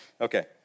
Okay